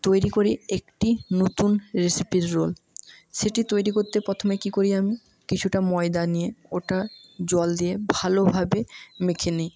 তৈরি করি একটি নতুন রেসিপির রোল সেটি তৈরি করতে প্রথমে কি করি আমি কিছুটা ময়দা নিয়ে ওটা জল দিয়ে ভালোভাবে মেখে নিই